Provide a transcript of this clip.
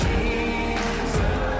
Jesus